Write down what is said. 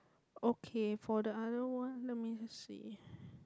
okay for the other one let me see